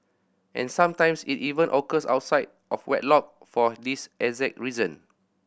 and sometimes it even occurs outside of wedlock for this exact reason